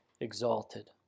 exalted